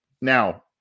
now